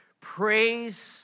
Praise